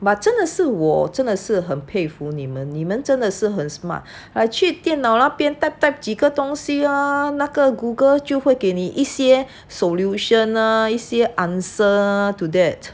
but 真的是我真的是很佩服你们你们真的是很 smart like 去电脑那边 type type 几个东西啊那个 Google 就会给你一些 solution ah 一些 answer to that